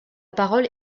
parole